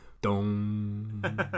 Dong